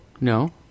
no